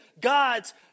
God's